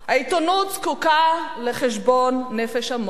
העיתונות זקוקה לחשבון נפש עמוק